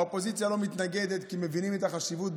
האופוזיציה לא מתנגדת כי מבינים את החשיבות.